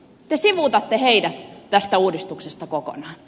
te sivuutatte heidät tästä uudistuksesta kokonaan